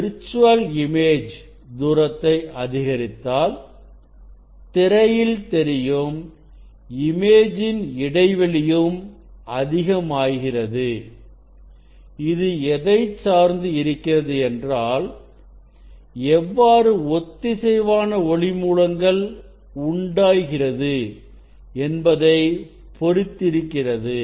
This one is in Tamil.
விர்ச்சுவல் இமேஜ் தூரத்தை அதிகரித்தால் திரையில் தெரியும் இமேஜின் இடைவெளியும் அதிகமாகிறது இது எதை சார்ந்து இருக்கிறது என்றால் எவ்வாறு ஒத்திசைவான ஒளி மூலங்கள் உண்டாக்கப்படுகிறது என்பதை பொறுத்திருக்கிறது